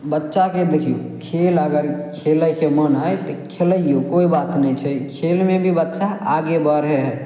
बच्चाके देखियौ खेल अगर खेलयके मोन हइ तऽ खेलैयौ कोइ बात नहि छै खेलमे भी बच्चा आगे बढ़य हइ